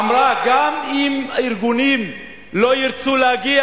אמרה: גם אם ארגונים לא ירצו להגיע,